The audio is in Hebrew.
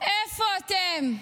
איפה אתם?